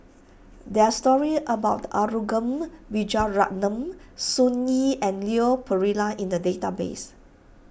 there are stories about Arumugam Vijiaratnam Sun Yee and Leon Perera in the database